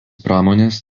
pramonės